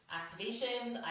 activations